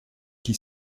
qui